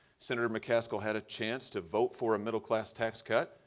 senator mccaskill had a chance to vote for a middle class tax cut.